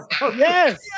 Yes